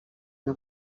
una